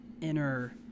inner